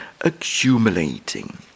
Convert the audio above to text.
accumulating